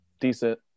decent